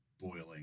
boiling